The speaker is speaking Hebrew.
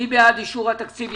מי בעד אישור התקציב?